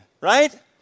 Right